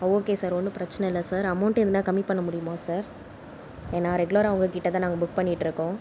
okay sir ஒன்றும் பிரச்சின இல்லை சார் அமௌண்ட் எதுனால் கம்மி பண்ண முடியுமா சார் ஏன்னால் ரெகுலராக உங்கள் கிட்டே தான் நாங்கள் புக் பண்ணிகிட்ருக்கோம்